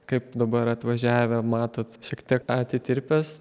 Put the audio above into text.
kaip dabar atvažiavę matot šiek tiek atitirpęs